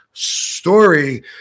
story